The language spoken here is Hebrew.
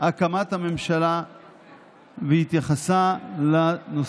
צריך שבין הארבעה האלה בוועדה למינוי